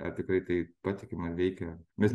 ar tikrai tai patikimai veikia mes